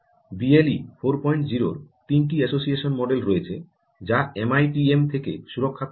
BLE 40 এর 3 টি association model রয়েছে যা এমআইটিএম থেকে সুরক্ষা প্রদান করে